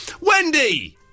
Wendy